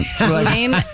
name